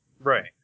Right